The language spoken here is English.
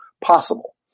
possible